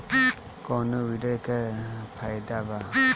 कौनो वीडर के का फायदा बा?